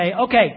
okay